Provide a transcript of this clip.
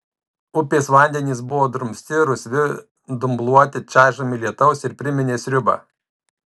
upės vandenys buvo drumsti rusvi dumbluoti čaižomi lietaus ir priminė sriubą